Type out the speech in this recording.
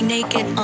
Naked